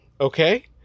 Okay